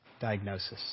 diagnosis